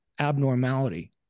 Abnormality